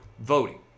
voting